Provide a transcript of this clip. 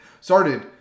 started